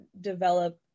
develop